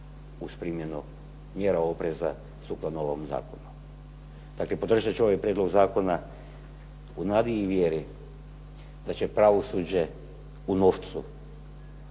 uz primjenu mjera opreza sukladno ovom Zakonu. Dakle, podržat ću ovaj Prijedlog zakona u nadi i vjeri da će pravosuđe u novcu,